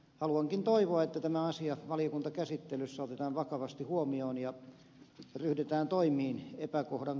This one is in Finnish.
haluankin toivoa että tämä asia valiokuntakäsittelyssä otetaan vakavasti huomioon ja ryhdytään toimiin epäkohdan